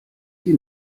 die